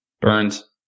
Burns